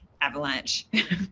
avalanche